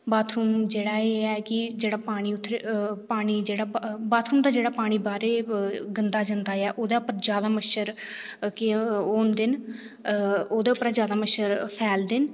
bathroom जेह्ड़ा एह् ऐ की जेह्ड़ा पानी जेह्ड़ा बाथरूम दा पानी गंदा जंदा ऐ ओह्दे पर जादा पानी के होंदे न ओह्दे पर गै मच्छर फैलदे न